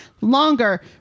longer